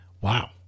wow